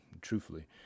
truthfully